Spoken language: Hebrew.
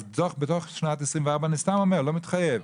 אז בתוך שנת 2024, אני סתם אומר, לא מתחייב.